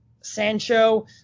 Sancho